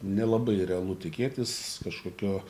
nelabai realu tikėtis kažkokio